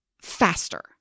faster